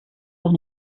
doch